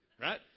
Right